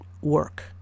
work